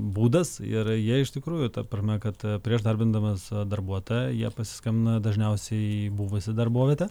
būdas ir jie iš tikrųjų ta prasme kad prieš darbindamas darbuotoją jie pasiskambina dažniausiai į buvusią darbovietę